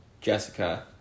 Jessica